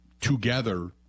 together